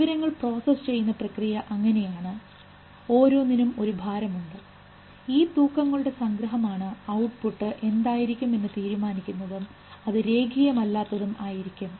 വിവരങ്ങൾ പ്രോസസ് ചെയ്യുന്നത് പ്രക്രിയ അങ്ങനെയാണ് ഓരോന്നിനും ഒരു ഭാരം ഉണ്ട് ഈ തൂക്കങ്ങളുടെ സംഗ്രഹമാണ് ഔട്ട്പുട്ട് എന്തായിരിക്കും എന്ന് തീരുമാനിക്കുന്നതും അത് രേഖീയ അല്ലാത്തതും ആയിരിക്കും